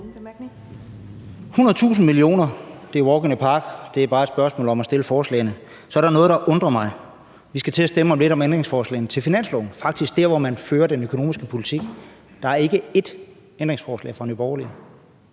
100.000 mio. kr. er a walk in the park, det er bare et spørgsmål om at stille forslagene. Så er der noget, der undrer mig. Vi skal om lidt til at stemme om ændringsforslagene til finanslovsforslaget, det er faktisk der, hvor man fører den økonomiske politik, og der er ikke ét ændringsforslag fra Nye Borgerlige.